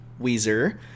Weezer